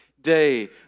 day